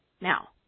now